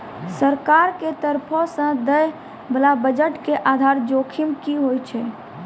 सरकार के तरफो से दै बाला बजट के आधार जोखिम कि होय छै?